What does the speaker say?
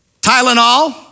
Tylenol